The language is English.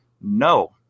no